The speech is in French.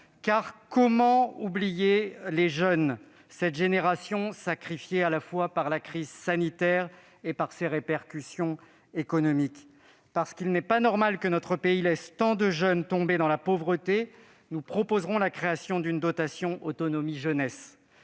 Car comment oublier les jeunes, cette génération sacrifiée à la fois par la crise sanitaire et ses répercussions économiques ? Parce qu'il n'est pas normal que notre pays laisse tant de jeunes tomber dans la pauvreté, nous proposerons la création d'une dotation d'autonomie pour